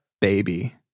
baby